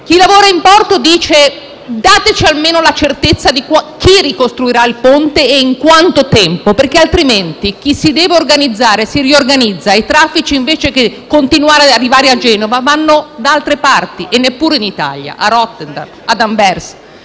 Chi lavora in porto dice: dateci almeno la certezza di chi ricostruirà il ponte e in quanto tempo, altrimenti chi si deve organizzare si riorganizza e i traffici, invece che continuare ad arrivare a Genova, vanno da altre parti e neppure d’Italia, ma a Rotterdam o ad Anversa.